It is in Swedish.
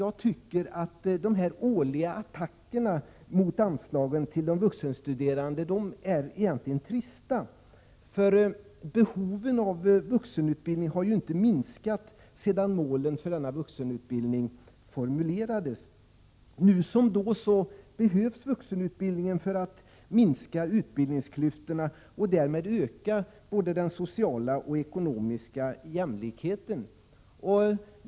Jag tycker att dessa årliga attacker mot anslagen till vuxenstuderande är trista. Behovet av vuxenutbildning har inte minskat sedan målen för denna vuxenutbildning formulerades. Nu som då behövs vuxenutbildningen för att minska utbildningsklyftorna och därmed öka både den sociala och ekonomiska jämlikheten.